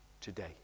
today